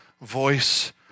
voice